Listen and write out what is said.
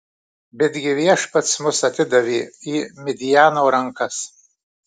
betgi viešpats mus atidavė į midjano rankas